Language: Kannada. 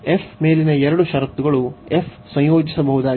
f ಮೇಲಿನ ಎರಡು ಷರತ್ತುಗಳು f ಸಂಯೋಜಿಸಬಹುದಾಗಿದೆ